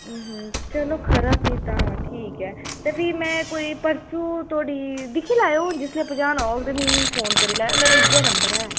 चलो खरा फ्ही तां ठीक ऐ ते फ्ही में कोई परसूं धोड़ी दिक्खी लैएओ हून जिसलै पजाना होग ते मिगी फोन करी लैएओ मेरा इ'यै नंबर ऐ